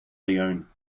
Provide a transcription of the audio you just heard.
leone